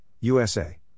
USA